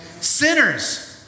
Sinners